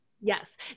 Yes